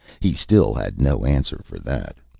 he still had no answer for that.